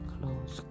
Close